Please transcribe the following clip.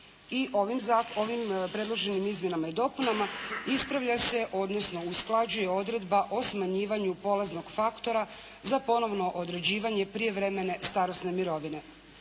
I ovim predloženim izmjenama i dopunama ispravlja se odnosno usklađuje odredba o smanjivanju polaznog faktora za ponovno određivanje prijevremene starosne mirovine.